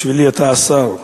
בשבילי אתה השר,